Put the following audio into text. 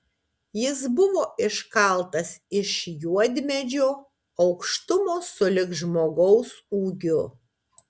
jis buvo iškaltas iš juodmedžio aukštumo sulig žmogaus ūgiu